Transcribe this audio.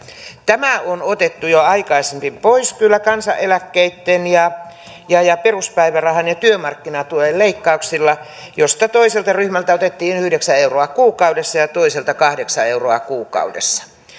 tämä on otettu jo aikaisemmin pois kyllä kansaneläkkeitten ja ja peruspäivärahan ja työmarkkinatuen leikkauksilla joissa toiselta ryhmältä otettiin yhdeksän euroa kuukaudessa ja ja toiselta kahdeksan euroa kuukaudessa